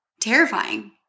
terrifying